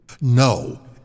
No